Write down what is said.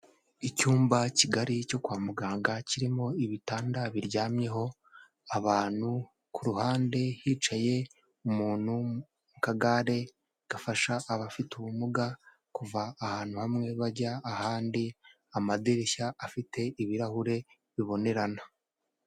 Icyumba kigari cyo kwa muganga kirimo ibitanda biryamyeho abantu, ku ruhande hicaye umuntu mu kagare gafasha abafite ubumuga kuva ahantu hamwe bajya ahandi, amadirishya afite ibirahure bibonerana.